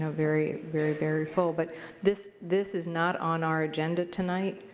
um very, very very full. but this this is not on our agenda tonight.